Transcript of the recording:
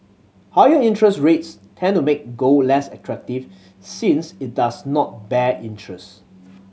higher interest rates tend to make gold less attractive since it does not bear interest